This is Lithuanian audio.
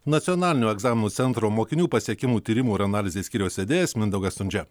nacionalinio egzaminų centro mokinių pasiekimų tyrimų ir analizės skyriaus vedėjas mindaugas stundžia